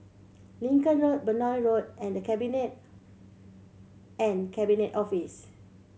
Lincoln Road Benoi Road and The Cabinet and Cabinet Office